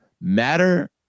matter